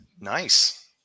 nice